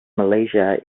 malaysia